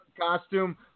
costume